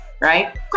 right